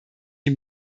die